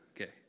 Okay